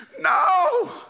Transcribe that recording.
No